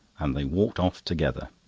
and they walked off together.